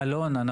אלון,